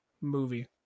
movie